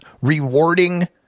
rewarding